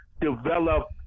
develop